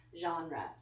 genre